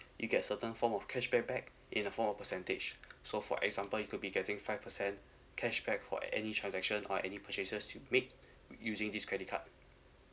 you get certain form of cash payback in a form of percentage so for example you could be getting five percent cashback for any transaction or any purchases you make using this credit card